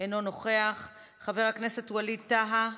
אינו נוכח, חבר הכנסת ווליד טאהא,